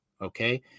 Okay